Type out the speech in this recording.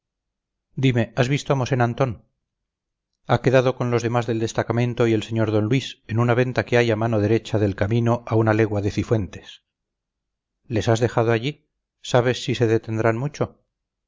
dime has visto a mosén antón ha quedado con los demás del destacamento y el sr d luis en una venta que hay a mano derecha del camino a una legua de cifuentes les has dejado allí sabes si se detendrán mucho